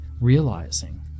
realizing